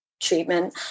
treatment